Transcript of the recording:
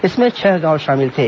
इसमें छह गांव शामिल थे